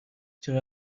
چرا